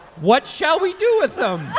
what shall we do with those